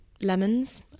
lemons